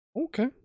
Okay